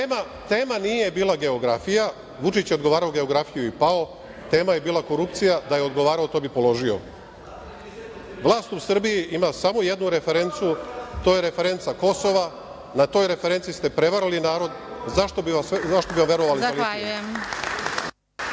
Tema nije bila geografija. Vučić je odgovarao geografiju i pao. Tema je bila korupcija, da je odgovarao, to bi položio. Vlast u Srbiji ima samo jednu referencu i to je referenca Kosova, na toj referenci ste prevarili narod. Zašto bi vam verovali